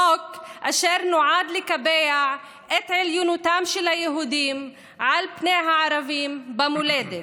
חוק אשר נועד לקבע את עליונותם של היהודים על פני הערבים במולדת.